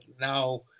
now